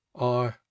I